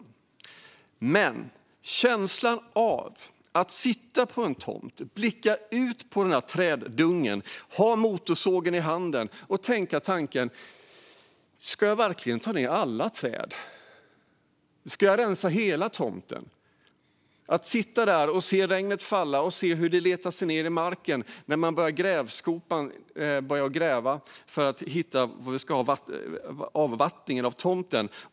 Jag får känna känslan av att sitta på en tomt och blicka ut över en träddunge, ha motorsågen i handen och tänka: "Ska jag verkligen ta ned alla träd? Ska jag rensa hela tomten?" Jag får sitta där och se regnet falla, se hur det letar sig ned i marken när grävskopan börjar gräva och fundera på avvattningen av tomten.